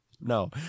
No